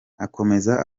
akomeza